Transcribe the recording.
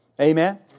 Amen